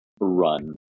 run